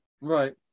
Right